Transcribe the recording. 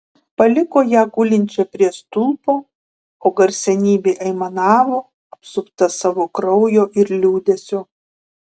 paliko ją gulinčią prie stulpo o garsenybė aimanavo apsupta savo kraujo ir liūdesio